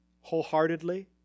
Wholeheartedly